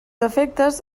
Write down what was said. efectes